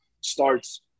starts